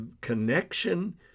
connection